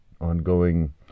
ongoing